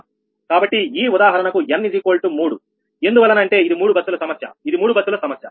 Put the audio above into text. కాబట్టి ఈ ఉదాహరణకు n3ఎందువలన అంటే ఇది మూడు బస్సుల సమస్య ఇది మూడు బస్సుల సమస్య